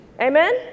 amen